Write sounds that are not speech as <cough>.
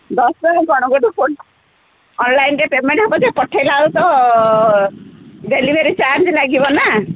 ଦଶଟଙ୍କା କ'ଣ ଗୋଟେ <unintelligible> ଅନଲାଇନ୍ରେ ପେମେଣ୍ଟ୍ ହେବ ଯେ ପଠେଇଲାଳକୁ ତ ଡେଲିଭେରୀ ଚାର୍ଜ ଲାଗିବ ନା